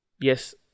Yes